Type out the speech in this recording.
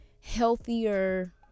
healthier